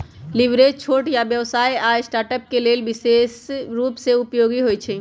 leverage छोट व्यवसाय आऽ स्टार्टअप्स के लेल विशेष रूप से उपयोगी होइ छइ